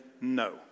no